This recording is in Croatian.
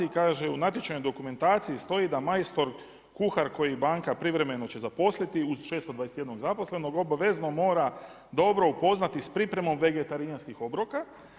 Kaže u natječajnoj dokumentaciji stoji da majstor, kuhar koji banka privremeno će zaposliti uz 621 zaposlenog obavezno mora dobra upoznati sa pripremom vegetarijanskih obroka.